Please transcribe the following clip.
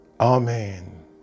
Amen